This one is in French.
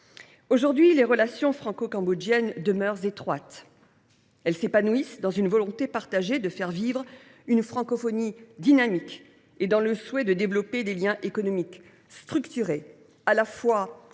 Aujourd’hui, les relations franco cambodgiennes demeurent étroites. Elles s’épanouissent dans une volonté partagée de faire vivre une francophonie dynamique et dans le souhait de développer des liens économiques structurés non seulement